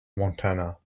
montana